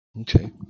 Okay